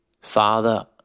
Father